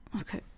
Okay